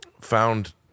found